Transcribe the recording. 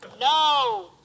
no